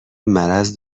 مرض